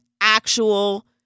actual